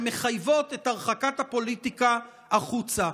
שמחייבות את הרחקת הפוליטיקה החוצה.